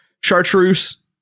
chartreuse